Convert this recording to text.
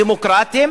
דמוקרטים?